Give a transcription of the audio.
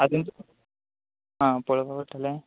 आजून आं पळोवपा पडटलें